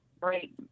great